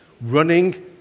running